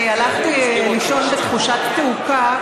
אני הלכתי לישון בתחושת תעוקה,